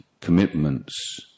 commitments